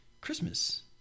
Christmas